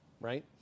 right